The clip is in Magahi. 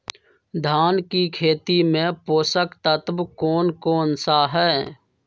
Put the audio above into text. धान की खेती में पोषक तत्व कौन कौन सा है?